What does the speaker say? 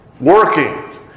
working